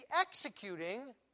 executing